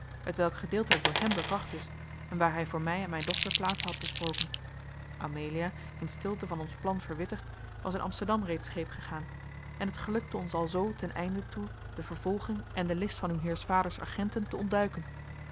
gedeeltelijk door hem bevracht is en waar hij voor mij en mijn dochter plaatsen had besproken amelia in stilte van ons plan verwittigd was in amsterdam reeds scheep gegaan en het gelukte ons alzoo ten einde toe de vervolging en de list van uw heers vaders agenten te ontduiken